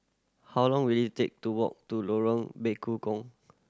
how long will it take to walk to Lorong Bekukong